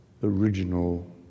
original